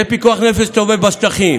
זה פיקוח נפש להסתובב בשטחים,